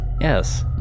Yes